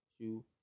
shoe